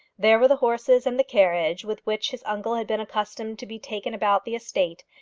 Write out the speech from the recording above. there were the horses and the carriage with which his uncle had been accustomed to be taken about the estate,